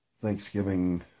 Thanksgiving